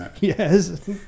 yes